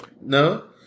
no